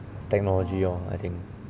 technology lor I think